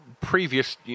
previous